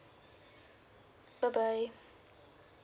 bye bye